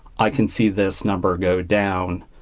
i can see this number go down,